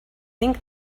think